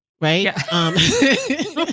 right